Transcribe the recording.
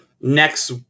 next